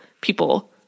people